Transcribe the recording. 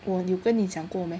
我有跟你讲过 meh